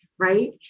right